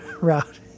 route